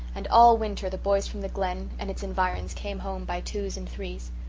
and all winter the boys from the glen and its environs came home by twos and threes.